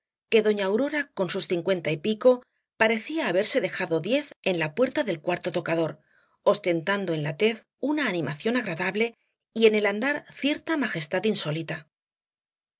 que doña aurora con sus cincuenta y pico parecía haberse dejado diez en la puerta del cuarto tocador ostentando en la tez una animación agradable y en el andar cierta majestad insólita